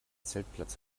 zeltplatz